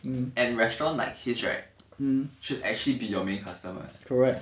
and restaurant like his right should actually be your main customer leh